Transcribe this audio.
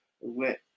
went